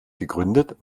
gegründet